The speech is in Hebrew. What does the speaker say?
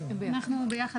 אנחנו ביחד.